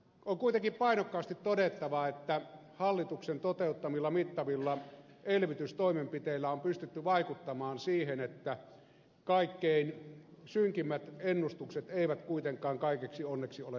on kuitenkin painokkaasti todettava että hallituksen toteuttamilla mittavilla elvytystoimenpiteillä on pystytty vaikuttamaan siihen että kaikkein synkimmät ennustukset eivät kuitenkaan kaikeksi onneksi ole toteutuneet